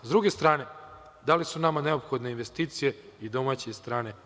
S druge strane, da li su nam neophodne investicije, i domaće i strane?